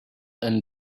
and